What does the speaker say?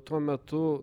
tuo metu